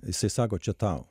jisai sako čia tau